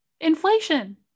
Inflation